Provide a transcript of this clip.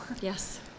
Yes